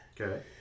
Okay